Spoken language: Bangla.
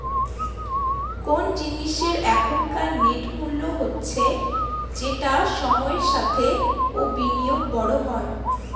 কোন জিনিসের এখনকার নেট মূল্য হচ্ছে যেটা সময়ের সাথে ও বিনিয়োগে বড়ো হয়